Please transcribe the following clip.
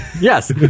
Yes